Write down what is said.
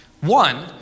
One